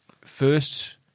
first